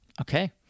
Okay